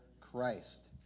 Christ